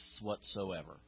whatsoever